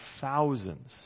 thousands